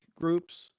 groups